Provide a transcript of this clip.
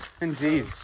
Indeed